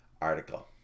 article